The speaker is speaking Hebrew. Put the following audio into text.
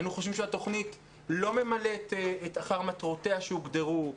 אם היינו חושבים שהתוכנית לא ממלאת אחר מטרותיה שהוגדרו,